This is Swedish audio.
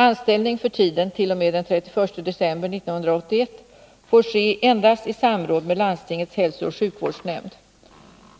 Anställning för tiden t.o.m. den 31 december 1981 får ske endast i samråd med landstingets hälsooch sjukvårdsnämnd.